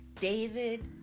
David